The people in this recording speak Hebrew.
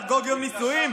תחגוג יום נישואים,